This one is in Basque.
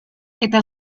eta